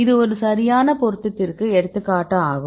இது ஒரு சரியான பொருத்தத்திற்கு எடுத்துக்காட்டு ஆகும்